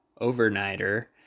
overnighter